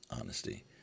honesty